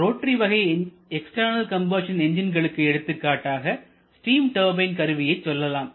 rotary வகை external combustion என்ஜின்களுக்கு எடுத்துக்காட்டாக ஸ்டீம் டர்பைன் கருவியை சொல்லலாம்